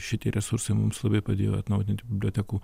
šitie resursai mums labai padėjo atnaujinti bibliotekų